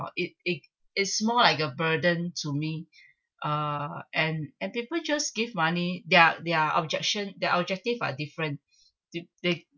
it it is more like a burden to me uh and and people just give money their their objection their objective are different th~ they